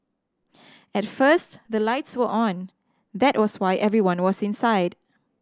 at first the lights were on that was why everyone was inside